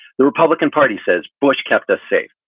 the republican party says bush kept us safe.